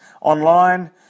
online